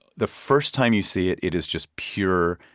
the first time you see it, it is just pure,